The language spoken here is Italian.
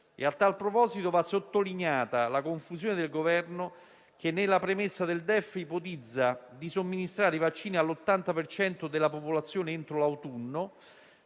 A tal proposito, va sottolineata la confusione del Governo che, nella premessa del DEF, ipotizza di somministrare i vaccini all'80 per cento della popolazione entro l'autunno.